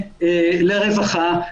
לרווחה,